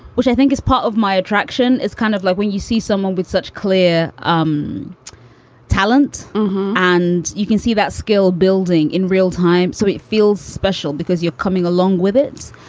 which i think is part of my attraction is kind of like when you see someone with such clear um talent and you can see that skill building in real time. so it feels special because you're coming along with it.